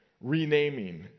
renaming